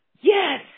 yes